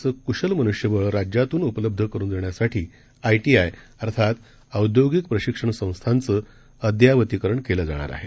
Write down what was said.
असंकुशलमनुष्यबळराज्यातूनउपलब्धकरुनदेण्यासाठीआयटीआय अर्थातऔद्योगिकप्रशिक्षणसंस्थांचंअद्ययावतीकरणकेलंजाणारआहे